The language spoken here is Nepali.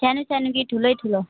सानो सानो कि ठुलै ठुलो